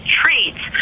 treats